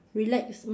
relax